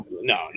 no